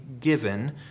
given